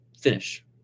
finish